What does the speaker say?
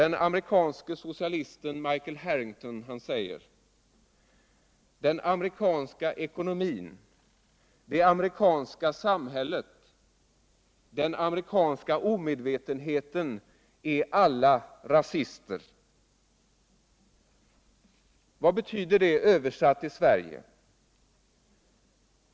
Den amerikanske socialisten Michael Harrington säger: Den amerikanska ekonomin, det amerikanska samhället, den amerikanska omedvetenheten är alla rasister. Vad betyder det översatt till Sverige?